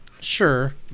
Sure